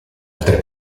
altre